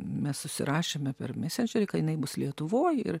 mes susirašėme per mesendžerį ka jinai bus lietuvoj ir